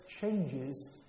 changes